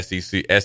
SEC